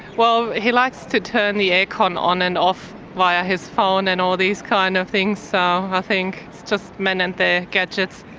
well, he likes to turn the air con on and off via his phone and all these kind of things, so i think it's just men and their gadgets.